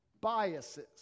biases